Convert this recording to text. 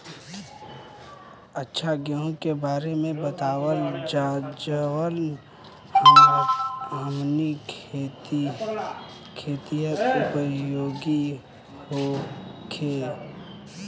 अच्छा गेहूँ के बारे में बतावल जाजवन हमनी ख़ातिर उपयोगी होखे?